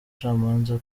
ishingiro